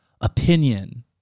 opinion